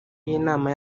y’inama